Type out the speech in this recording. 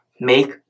Make